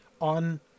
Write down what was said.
on